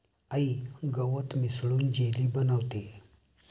आई गवत मिसळून जेली बनवतेय